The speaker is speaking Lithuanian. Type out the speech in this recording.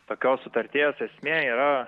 tokios sutarties esmė yra